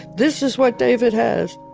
this is what david has!